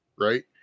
right